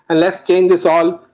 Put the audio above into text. and let's change this all,